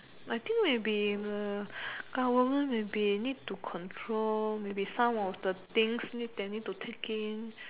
I think will be government maybe need to control maybe some of the things need that need to take in